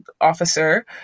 officer